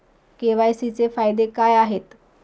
KYC चे फायदे काय आहेत?